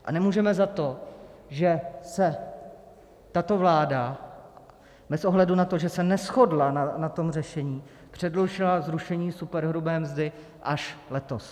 A nemůžeme za to, že tato vláda bez ohledu na to, že se neshodla na tom řešení, předložila zrušení superhrubé mzdy až letos.